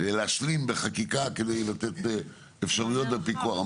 להשלים בחקיקה כדי לתת אפשרויות ופיקוח?